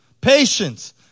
patience